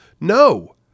no